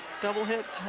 double hit.